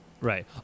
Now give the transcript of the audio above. Right